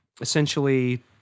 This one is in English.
essentially